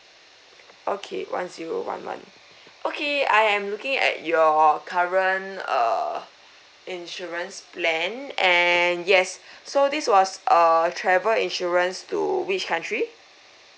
okay one zero one one okay I'm looking at your current err insurance plan and yes so this was a travel insurance to which country